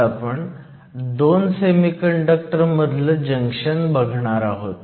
आज आपण 2 सेमीकंडक्टर मधलं जंक्शन बघणार आहोत